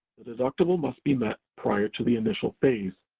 the deductible must be met prior to the initial phase.